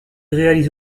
réalise